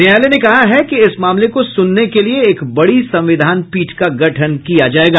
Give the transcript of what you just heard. न्यायालय ने कहा है कि इस मामले को सुनने के लिए एक बड़ी संविधान पीठ का गठन किया जायेगा